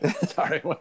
Sorry